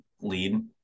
lead